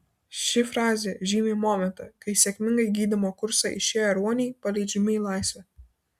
ši frazė žymi momentą kai sėkmingai gydymo kursą išėję ruoniai paleidžiami į laisvę